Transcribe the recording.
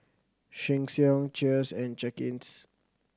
Sheng Siong Cheers and Cakenis